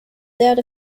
that